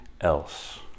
else